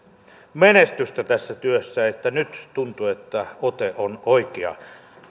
menestystä tässä työssä nyt tuntuu että ote on oikea